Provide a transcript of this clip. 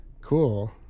cool